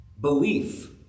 Belief